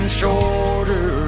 shorter